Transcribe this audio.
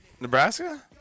Nebraska